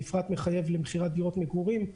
מפרט מחייב למכירת דירות מגורים.